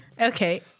Okay